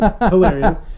hilarious